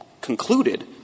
concluded